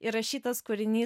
įrašytas kūrinys